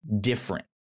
different